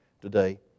today